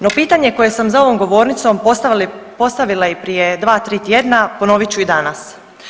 No, pitanje koje sam za ovom govornicom postavila i prije 2, 3 tjedna, ponovit ću i danas.